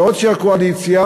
בעוד הקואליציה,